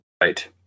Right